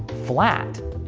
flat.